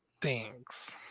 Thanks